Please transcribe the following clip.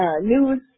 news